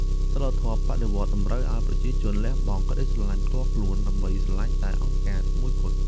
សីលធម៌បដិវត្តន៍តម្រូវឱ្យប្រជាជនលះបង់ក្តីស្រឡាញ់ផ្ទាល់ខ្លួន ដើម្បីស្រឡាញ់តែ "អង្គការ" មួយគត់។